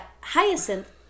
Hyacinth